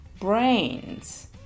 brains